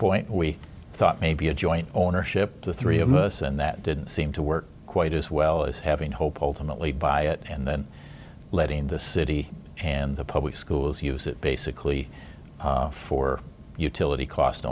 point we thought maybe a joint ownership the three of us and that didn't seem to work quite as well as having hope ultimately by it and then letting the city and the public schools use it basically for utility cost